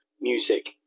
music